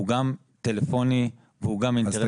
הוא גם טלפוני והוא גם אינטרנטי.